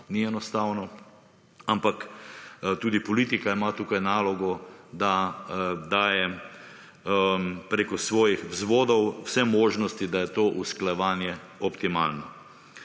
ni enostavno, ampak tudi politika ima tukaj nalogo, da daje preko svojih vzvodov vse možnosti, da je to usklajevanje optimalno.